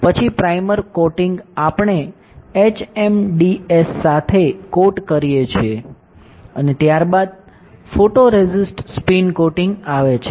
પછી primer coating આપણે HMDS સાથે કોટ કરીએ છીએ અને ત્યારબાદ ફોટોરેસિસ્ટ સ્પિન કોટિંગ આવે છે